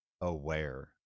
aware